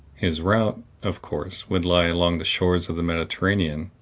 his route, of course, would lie along the shores of the mediterranean